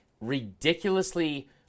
ridiculously